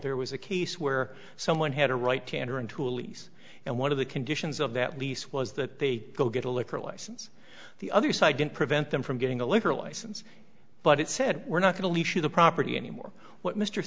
there was a case where someone had a right hander into a lease and one of the conditions of that lease was that they go get a liquor license the other side didn't prevent them from getting a liquor license but it said we're not totally sure the property anymore what mr